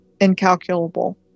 incalculable